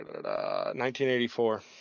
1984